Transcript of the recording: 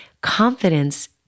confidence